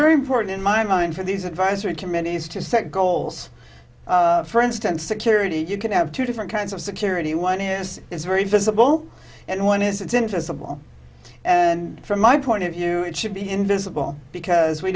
very important in my mind for these advisory committees to set goals for instance security you can have two different kinds of security one is is very visible and one is it's into civil and from my point of view it should be invisible because we